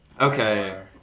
Okay